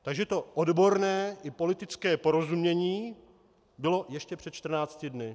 Takže to odborné i politické porozumění bylo ještě před čtrnácti dny.